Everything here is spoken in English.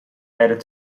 added